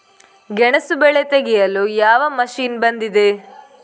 ಗೆಣಸು ಬೆಳೆ ತೆಗೆಯಲು ಯಾವ ಮಷೀನ್ ಬಂದಿದೆ?